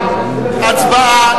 במליאה.